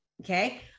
Okay